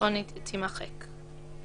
הסכים לכך באמצעות סנגורו בשיחה טלפונית" יימחקו".